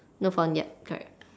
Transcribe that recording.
not font yup correct